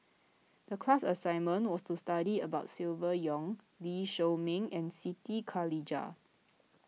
the class assignment was to study about Silvia Yong Lee Shao Meng and Siti Khalijah